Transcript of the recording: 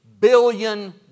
billion